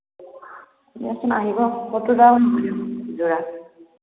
যোৰা